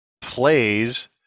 plays